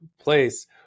place